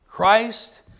Christ